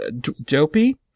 Dopey